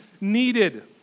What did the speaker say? needed